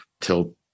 till